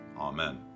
Amen